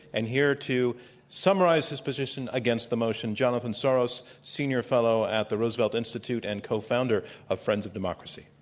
and here to summarize his position against the motion, jonathan soros, senior fellow at the roosevelt institute and cofounder of friends of democracy.